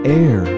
air